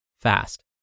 fast